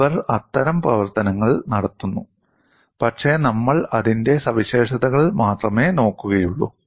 അവർ അത്തരം പ്രവർത്തനങ്ങൾ നടത്തുന്നു പക്ഷേ നമ്മൾ അതിന്റെ സവിശേഷതകൾ മാത്രമേ നോക്കുകയുള്ളൂ